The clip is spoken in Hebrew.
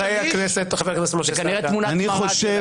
זאת כנראה תמונת מראה.